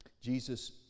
Jesus